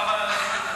חבל על הזמן.